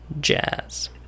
Jazz